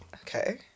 Okay